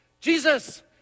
Jesus